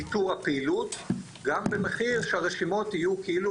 ניטור הפעילות גם במחיר שהרשימות יהיו כאילו